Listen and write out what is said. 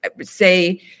say